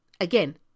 again